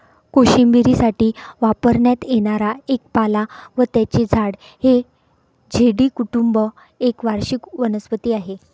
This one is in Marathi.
कोशिंबिरीसाठी वापरण्यात येणारा एक पाला व त्याचे झाड हे डेझी कुटुंब एक वार्षिक वनस्पती आहे